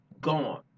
gone